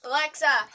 Alexa